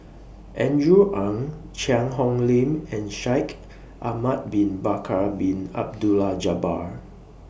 Andrew Ang Cheang Hong Lim and Shaikh Ahmad Bin Bakar Bin Abdullah Jabbar